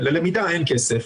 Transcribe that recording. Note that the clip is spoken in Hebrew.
ללמידה אין כסף.